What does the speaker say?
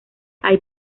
hay